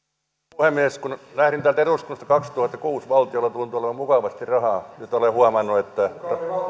puhemies kun lähdin täältä eduskunnasta kaksituhattakuusi valtiolla tuntui olevan mukavasti rahaa nyt olen huomannut että